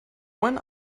when